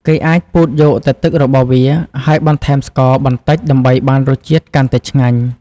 គេអាចពូតយកតែទឹករបស់វា ហើយបន្ថែមស្ករ បន្តិចដើម្បីបានរសជាតិកាន់តែឆ្ងាញ់។